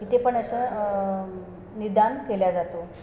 तिथे पण असं निदान केल्या जातो